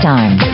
Time